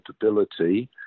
capability